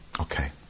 Okay